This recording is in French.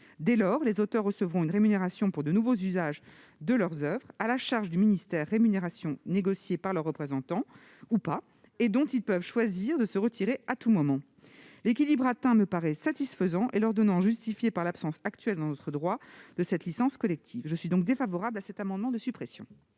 Dès lors, les auteurs recevront une rémunération pour de nouveaux usages de leurs oeuvres à la charge du ministère, rémunération négociée- ou pas -par leurs représentants, régime dont ils peuvent choisir de se retirer à tout moment. L'équilibre atteint me paraît satisfaisant et l'ordonnance justifiée par l'absence actuelle de licence collective dans notre droit. Je suis défavorable à cet amendement de suppression.